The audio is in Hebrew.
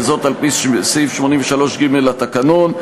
וזאת על-פי סעיף 83(ג) לתקנון.